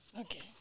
Okay